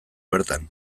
bertan